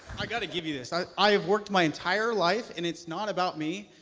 i gotta give you this. i've worked my entire life and it's not about me.